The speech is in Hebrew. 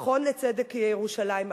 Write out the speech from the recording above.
מכון ירושלים לצדק,